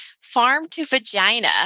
farm-to-vagina